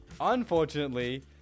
Unfortunately